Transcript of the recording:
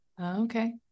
okay